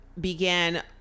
began